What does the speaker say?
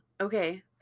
okay